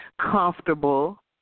comfortable